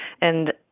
And-